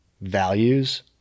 values